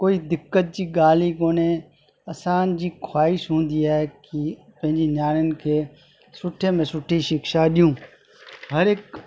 कोई दिक़त जी ॻाल्हि ई कोने असांजी ख़्वाहिश हूंदी आहे कि पंहिंजी नियाणियुनि खे सुठे में सुठी शिक्षा ॾियूं हर हिकु